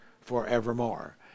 forevermore